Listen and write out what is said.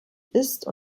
ist